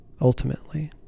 ultimately